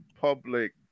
public